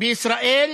בישראל